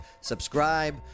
subscribe